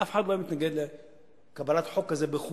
אף אחד לא היה מתנגד לקבלת חוק כזה בחוקה,